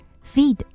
Feed